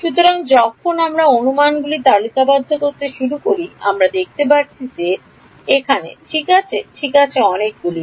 সুতরাং যখন আমরা অনুমানগুলি তালিকাবদ্ধ করতে শুরু করি আমরা দেখতে পাচ্ছি যে এখানে ঠিক আছে ঠিক আছে অনেকগুলি